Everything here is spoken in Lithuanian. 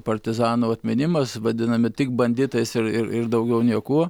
partizanų atminimas vadinami tik banditais ir ir ir daugiau niekuo